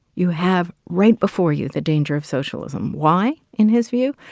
you have right before you the danger of socialism. why, in his view?